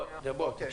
תודה.